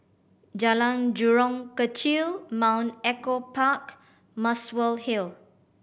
Jalan Jurong Kechil Mount Echo Park Muswell Hill